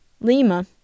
Lima